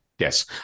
Yes